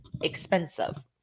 expensive